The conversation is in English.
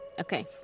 Okay